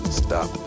stop